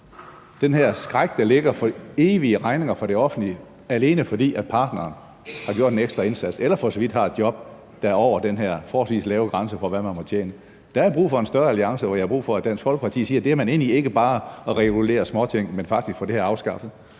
den her skræk, der ligger, for evige regninger fra det offentlige, alene fordi partneren har gjort en ekstra indsats, eller for så vidt har et job, der er over den her forholdsvis lave grænse for, hvad man må tjene. Der er brug for en større alliance, og vi har brug for, at Dansk Folkeparti siger, at der vil man egentlig ikke bare regulere småting, men faktisk få det her afskaffet.